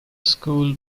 school